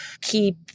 keep